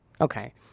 okay